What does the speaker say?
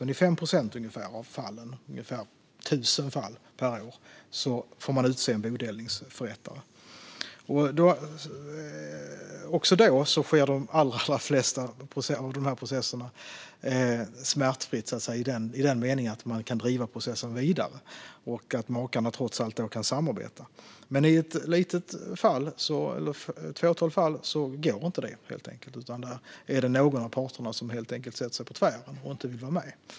Men i ungefär 5 procent av fallen, det vill säga i ungefär 1 000 fall per år, får man utse en bodelningsförrättare. Även då sker de allra flesta processer smärtfritt i den meningen att processen kan drivas vidare och makarna trots allt kan samarbeta. Men i ett fåtal fall går det helt enkelt inte, utan någon av parterna sätter sig på tvären och vill inte vara med.